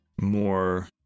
more